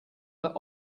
but